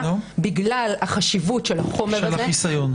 בגלל החשיבות של החומר הזה.